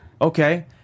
okay